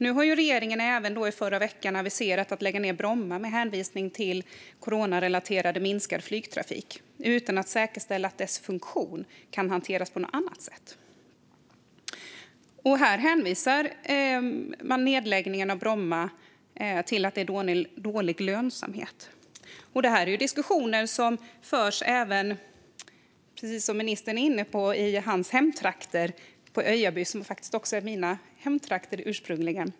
I förra veckan aviserade regeringen även att man lägger ned Bromma, med hänvisning till en coronarelaterad minskning av flygtrafiken, utan att säkerställa att dess funktion kan hanteras på annat sätt. Man hänvisar nedläggningen av Bromma till dålig lönsamhet. Det här är diskussioner som, precis som han är inne på, förs även i ministerns hemtrakter - i Öjaby, som faktiskt också är mina hemtrakter ursprungligen.